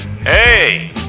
Hey